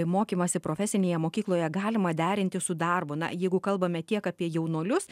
mokymąsi profesinėje mokykloje galima derinti su darbu na jeigu kalbame tiek apie jaunuolius